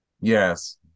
yes